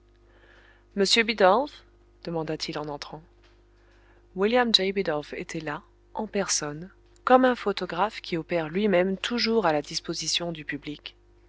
monsieur bidulph demanda-t-il en entrant william j bidulph était là en personne comme un photographe qui opère lui-même toujours à la disposition du public